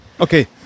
Okay